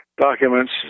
documents